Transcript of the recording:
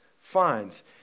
finds